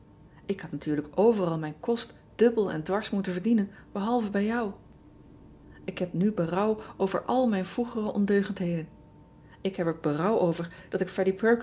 k had natuurlijk overal mijn kost dubbel en dwars moeten verdienen behalve bij jou k heb nu berouw over al mijn vroegere ondeugendheden k heb er berouw over dat ik